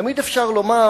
תמיד אפשר לומר: